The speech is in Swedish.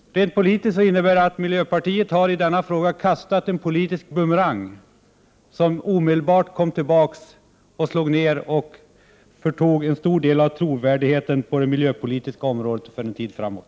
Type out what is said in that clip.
Rent politiskt innebär det att miljöpartiet har kastat en politisk bumerang, som omedelbart kom tillbaka och förtog en stor del av trovärdigheten på det miljöpolitiska området för en tid framåt.